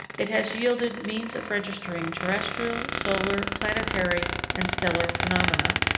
it has yielded means of registering terrestrial, solar, planetary, and stellar phenomena,